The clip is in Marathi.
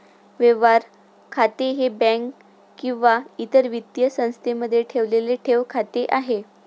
व्यवहार खाते हे बँक किंवा इतर वित्तीय संस्थेमध्ये ठेवलेले ठेव खाते आहे